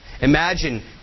Imagine